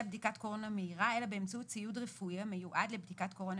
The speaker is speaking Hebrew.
בדיקת קורונה מהירה אלא באמצעות ציוד רפואי המיועד לבדיקת קורונה